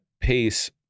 pace